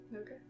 okay